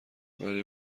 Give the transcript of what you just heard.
ولی